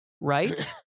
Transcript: right